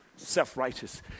Self-righteous